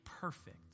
perfect